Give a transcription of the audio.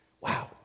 Wow